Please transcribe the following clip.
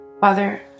Father